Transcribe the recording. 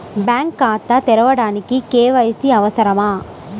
Bank ఖాతా తెరవడానికి KYC అవసరమా?